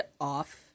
off